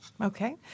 Okay